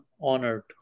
honored